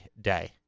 Day